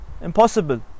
Impossible